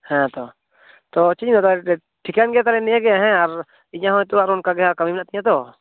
ᱦᱮᱸ ᱛᱚ ᱛᱚ ᱪᱮᱫ ᱤᱧ ᱞᱟᱹᱭᱮᱫᱟ ᱴᱷᱤᱠᱟᱹᱱ ᱜᱮᱭᱟ ᱛᱟᱦᱚᱞᱮ ᱱᱤᱭᱟᱹ ᱜᱮ ᱦᱮᱸ ᱟᱨ ᱤᱧᱟᱹᱜ ᱦᱳᱭ ᱛᱚ ᱟᱨᱚ ᱚᱱᱠᱟ ᱜᱮᱦᱟᱸᱜ ᱠᱟᱹᱢᱤ ᱢᱮᱱᱟᱜ ᱛᱤᱧᱟᱹ ᱛᱚ